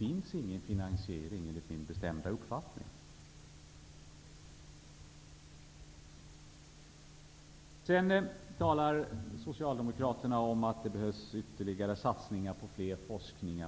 Enligt min bestämda uppfattning har hon ingen finansiering av den. Socialdemokraterna talar om att det behövs ytterligare satsningar på forskning.